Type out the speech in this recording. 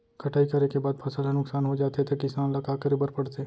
कटाई करे के बाद फसल ह नुकसान हो जाथे त किसान ल का करे बर पढ़थे?